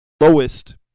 lowest